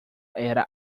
era